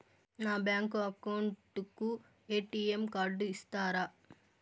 నా bank account కు ATM card ఇస్తారా